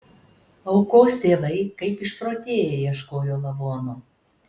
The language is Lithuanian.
aukos tėvai kaip išprotėję ieškojo lavono